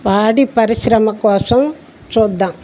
పాడి పరిశ్రమ కోసం చూద్దాం